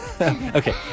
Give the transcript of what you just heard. Okay